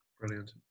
Brilliant